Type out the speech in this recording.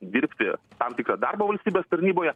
dirbti tam tikrą darbą valstybės tarnyboje